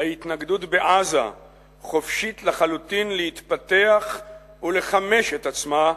"ההתנגדות" בעזה חופשית לחלוטין להתפתח ולחמש את עצמה,